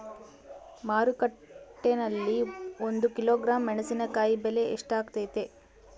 ಮಾರುಕಟ್ಟೆನಲ್ಲಿ ಒಂದು ಕಿಲೋಗ್ರಾಂ ಮೆಣಸಿನಕಾಯಿ ಬೆಲೆ ಎಷ್ಟಾಗೈತೆ?